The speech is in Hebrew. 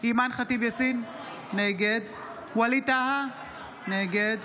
אימאן ח'טיב יאסין, נגד ווליד טאהא, נגד